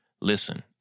Listen